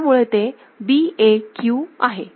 त्यामुळे ते B AQ आहे